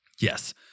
yes